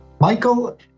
Michael